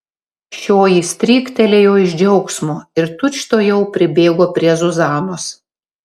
šioji stryktelėjo iš džiaugsmo ir tučtuojau pribėgo prie zuzanos